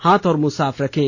हाथ और मुंह साफ रखें